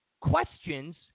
questions